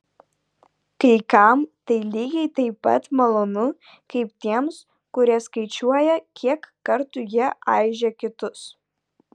kai kam tai lygiai taip pat malonu kaip tiems kurie skaičiuoja kiek kartų jie aižė kitus